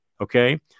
Okay